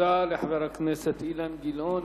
תודה לחבר הכנסת אילן גילאון.